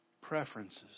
preferences